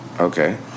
Okay